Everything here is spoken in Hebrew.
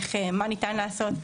מה ניתן לעשות,